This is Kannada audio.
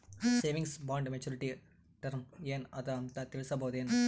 ಸೇವಿಂಗ್ಸ್ ಬಾಂಡ ಮೆಚ್ಯೂರಿಟಿ ಟರಮ ಏನ ಅದ ಅಂತ ತಿಳಸಬಹುದೇನು?